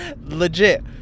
Legit